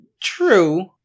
True